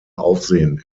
aufsehen